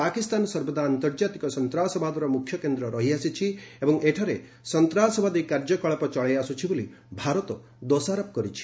ପାକିସ୍ତାନ ସର୍ବଦା ଆନ୍ତର୍ଜାତିକ ସନ୍ତାସବାଦର ମୁଖ୍ୟ କେନ୍ଦ୍ର ରହିଆସିଛି ଏବଂ ଏଠାରେ ସନ୍ତାସବାଦୀ କାର୍ଯ୍ୟକଳାପ ଚଳାଇ ଆସୁଛି ବୋଲି ଭାରତ ଦୋଷାରୋପ କରିଛି